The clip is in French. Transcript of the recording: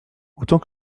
autant